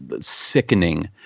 sickening